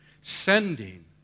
Sending